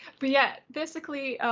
but yet basically,